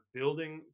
building